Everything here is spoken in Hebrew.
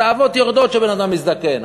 התאוות יורדות כשהבן-אדם מזדקן.